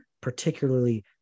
particularly